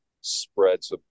spreads